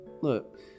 Look